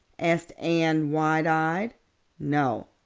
asked anne wide-eyed. no.